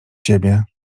ciebie